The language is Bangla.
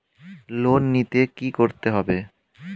লোন নিতে কী করতে হবে?